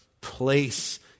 place